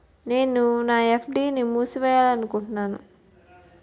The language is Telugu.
నేను నా ఎఫ్.డి ని మూసివేయాలనుకుంటున్నాను